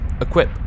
Equip